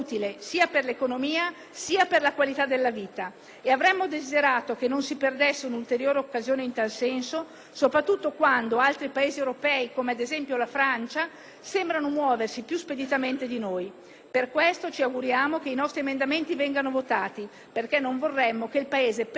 Avremmo desiderato che non si perdesse un'ulteriore occasione in tal senso, soprattutto quando altri Paesi europei, come la Francia ad esempio, sembrano muoversi più speditamente di noi. Per questo motivo ci auguriamo che i nostri emendamenti vengano votati, perché non vorremmo che il Paese perdesse su questi temi l'ennesima occasione.